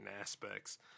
aspects